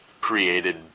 created